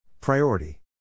Priority